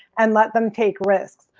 and let them take risks.